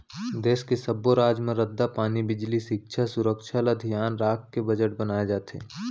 देस के सब्बो राज म रद्दा, पानी, बिजली, सिक्छा, सुरक्छा ल धियान राखके बजट बनाए जाथे